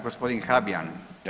Gospodin Habijan.